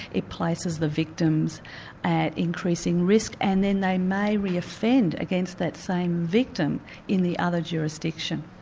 it places the victims at increasing risk and then they may reoffend against that same victim in the other jurisdiction.